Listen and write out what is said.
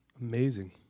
Amazing